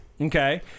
Okay